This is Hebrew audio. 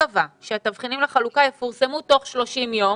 קבע התבחינים לחלוקה יפורסמו תוך 30 ימים.